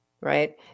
right